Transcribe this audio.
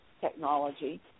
technology